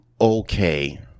okay